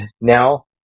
now